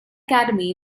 academy